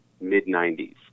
Mid-90s